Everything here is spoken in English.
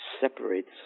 separates